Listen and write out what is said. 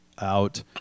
out